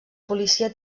policia